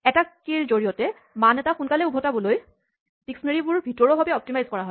এটা কীচাবিৰ জৰিয়তে মান এটা সোনকালে উভতাই পঠাবলৈ ডিস্কনেৰীঅভিধানবোৰ ভিতৰোৱা ভাৱে অপ্তিমাইজ কৰা হয়